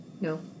No